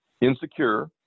insecure